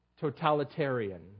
totalitarian